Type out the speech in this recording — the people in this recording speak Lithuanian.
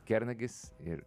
kernagis ir